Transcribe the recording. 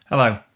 Hello